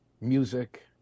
music